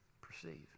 perceive